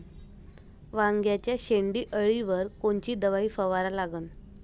वांग्याच्या शेंडी अळीवर कोनची दवाई फवारा लागन?